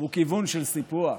והוא כיוון של סיפוח.